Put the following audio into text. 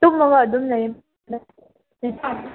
ꯇꯨꯝꯃꯒ ꯑꯗꯨꯝ ꯂꯩꯌꯦ